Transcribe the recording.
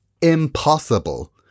impossible